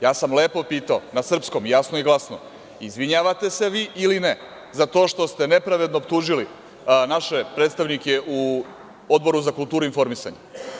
Ja sam lepo pitao na srpskom, jasno i glasno – izvinjavate se vi ili ne za to što ste nepravedno optužili naše predstavnike u Odboru za kulturu i informisanje?